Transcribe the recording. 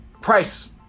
Price